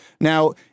Now